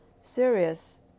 serious